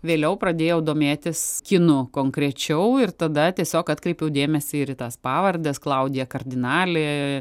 vėliau pradėjau domėtis kinu konkrečiau ir tada tiesiog atkreipiau dėmesį ir į tas pavardes klaudija kardinali